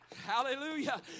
Hallelujah